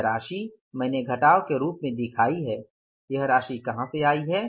यह राशि मैंने घटाव के रूप में दिखाई है यह राशि कहा गई है